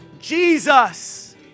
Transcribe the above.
Jesus